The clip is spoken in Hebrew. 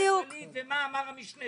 בדיוק.משגפ ההסתדרות הכללית ומה אמר המשנה.